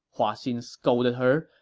hua xin scolded her,